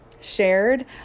shared